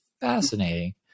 fascinating